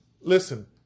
Listen